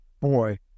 Boy